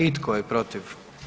I tko je protiv?